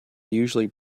usually